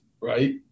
right